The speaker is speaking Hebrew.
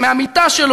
מהמיטה שלו,